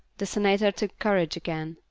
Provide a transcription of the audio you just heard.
the senator took courage again.